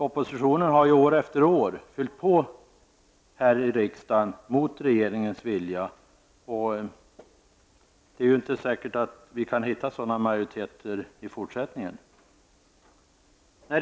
Oppositionen har här i riksdagen år efter år fyllt på med anslag mot regeringens vilja, och det är ju inte säkert att vi kan finna sådana majoriteter i fortsättningen.